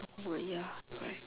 would ya correct